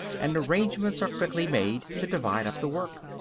and arrangements are quickly made to divide up the work.